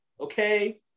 Okay